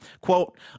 Quote